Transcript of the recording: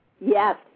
Yes